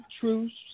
truths